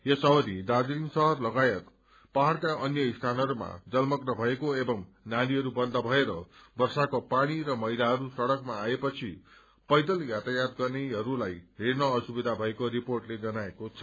यस अवधि दार्जीलिङ शहर लगायत पहाड़का अन्य स्थानहरूमा जलमग्न भएको एवं नालीहरू बन्द भएर वर्षाको जल र मैलाहरू सड़कमा आए पछि पैदल यातायात गर्नेहरूलाई हिँडन असुविधा भएको रिपोर्टले जनाएको छ